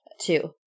Two